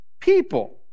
people